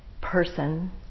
person